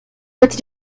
bitte